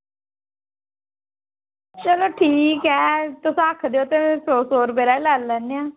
चलो ठीक ऐ तुस आक्खी दे ओ ते सौ सौ रपेआ गै लाई लैने आं